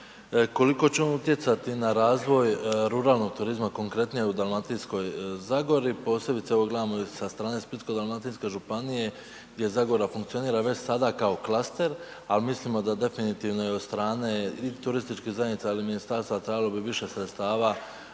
koliko će on utjecati na razvoj ruralnog turizma konkretnije u Dalmatinskoj zagori posebice evo gledamo sa strane Splitsko-dalmatinske županije gdje Zagora funkcionira već sada kao klaster, al mislimo da definitivno i od strane i turističkih zajednica al i ministarstva trebalo bi više sredstava